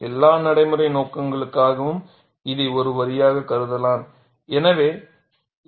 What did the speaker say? எல்லா நடைமுறை நோக்கங்களுக்காகவும் இதை ஒரு வரியாகக் கருதலாம்